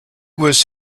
was